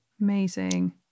amazing